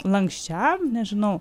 lanksčiam nežinau